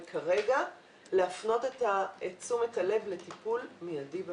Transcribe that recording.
וכרגע להפנות את תשומת הלב לטיפול מיידי במצוקים.